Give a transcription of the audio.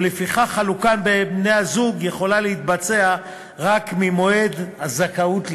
ולפיכך חלוקה בין בני-הזוג יכולה להתבצע רק ממועד הזכאות לקצבה.